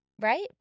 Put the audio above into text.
right